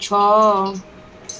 ଛଅ